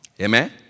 Amen